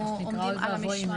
אנחנו עומדים על המשמר.